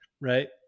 right